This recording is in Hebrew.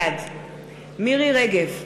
בעד מירי רגב,